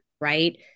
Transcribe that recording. right